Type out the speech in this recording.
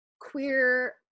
queer